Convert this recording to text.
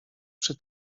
przy